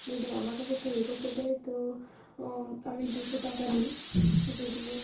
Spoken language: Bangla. যদি আমার কাছে তৈরি করতে দেয় তো আমি দুশো টাকা নিই যদি